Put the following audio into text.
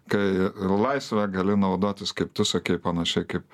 kai laisve gali naudotis kaip tu sakei panašiai kaip